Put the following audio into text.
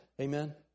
Amen